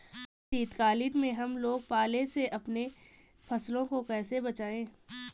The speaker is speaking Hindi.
शीतकालीन में हम लोग पाले से अपनी फसलों को कैसे बचाएं?